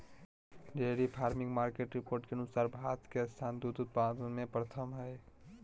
dairy farming market report के अनुसार भारत के स्थान दूध उत्पादन में प्रथम हय